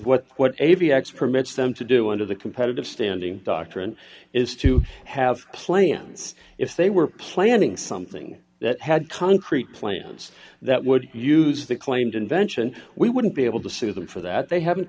what what a b x permits them to do under the competitive standing doctrine is to have plans if they were planning something that had concrete plans that would use the claimed invention we wouldn't be able to sue them for that they haven't